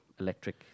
electric